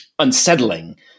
unsettling